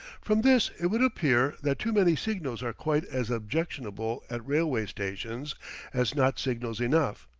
from this it would appear that too many signals are quite as objectionable at railway-stations as not signals enough.